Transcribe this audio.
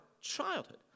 childhood